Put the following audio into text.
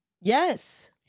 Yes